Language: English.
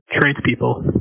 tradespeople